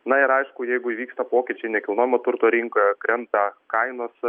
na ir aišku jeigu įvyksta pokyčiai nekilnojamo turto rinkoje krenta kainos